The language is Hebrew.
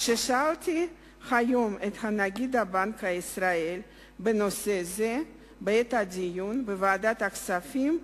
כששאלתי היום את נגיד בנק ישראל בנושא זה בעת הדיון בוועדת הכספים,